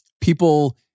people